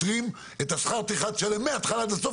אבל שישלם את שכר הטרחה מההתחלה ועד הסוף